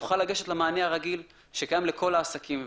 יוכל לגשת למענה הרגיל שקיים לכל העסקים,